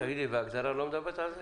תגידי, וההגדרה לא מדברת על זה?